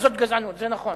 זאת גזענות, זה נכון,